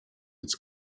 its